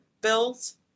bills